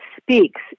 speaks